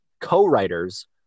co-writers